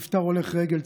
נפטר הולך רגל,